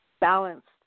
balanced